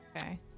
Okay